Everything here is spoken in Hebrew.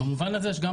אז יש לנו